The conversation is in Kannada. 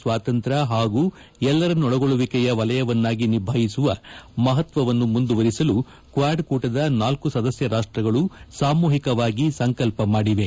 ಸ್ವತಂತ್ರ್ ಹಾಗೂ ಎಲ್ಲರನ್ನೊಳಗೊಳ್ಳುವಿಕೆಯ ವಲಯವನ್ತಾಗಿ ನಿಭಾಯಿಸುವ ಮಹತ್ವವನ್ನು ಮುಂದುವರೆಸಲು ಕ್ವಾಡ್ ಕೂಟದ ನಾಲ್ಕು ಸದಸ್ಯ ರಾಷ್ವಗಳು ಸಾಮೂಹಿಕವಾಗಿ ಸಂಕಲ್ಸ ಮಾಡಿವೆ